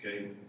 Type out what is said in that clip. okay